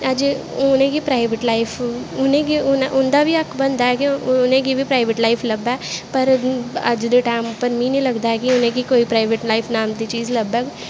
ते अज्ज ओह् उनेंगी प्राइवेट लाईफ उंदा बा हक्क बनदा ऐ कि उनेंगी बी प्राईवेट लाईफ लब्भै पर अज्ज दे टैम उप्पर मिगी नी लगदा ऐ कि उनेंगी कोई प्राईवेट नांऽ दी चीज़ लब्भग